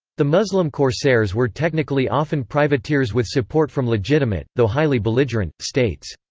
the muslim corsairs were technically often privateers with support from legitimate, though highly belligerent, states.